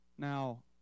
Now